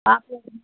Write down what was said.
பாப்புலேட்டு மீன்